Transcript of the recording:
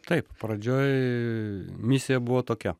taip pradžioj misija buvo tokia